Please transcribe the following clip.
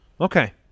okay